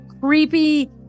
creepy